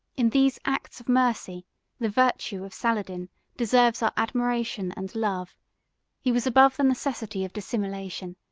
in these acts of mercy the virtue of saladin deserves our admiration and love he was above the necessity of dissimulation,